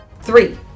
Three